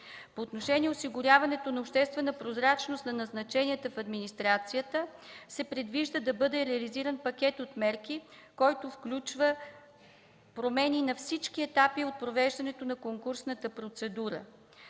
По отношение осигуряването на обществена прозрачност на назначенията в администрацията се предвижда да бъде реализиран пакет от мерки, който включва промени на всички етапи от провеждането на конкурсната процедура,